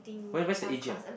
when when's the A_G_M